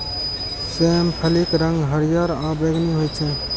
सेम फलीक रंग हरियर आ बैंगनी होइ छै